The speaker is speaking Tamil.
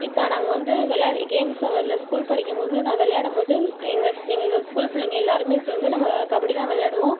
இப்போ நாங்கள் வந்து விளையாடி கேம்ஸ் ஹவர்ல ஸ்கூல் படிக்கும் போது நான் விளையாடும் போது எங்கள் எங்கள் ஸ்கூல் பிள்ளைங்க எல்லோருமே சேர்ந்து நாங்கள் கபடி தான் விளையாடுவோம்